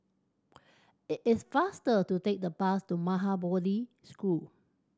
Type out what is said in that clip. it is faster to take the bus to Maha Bodhi School